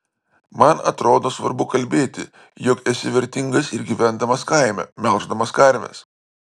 man atrodo svarbu kalbėti jog esi vertingas ir gyvendamas kaime melždamas karves